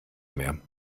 mehr